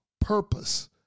purpose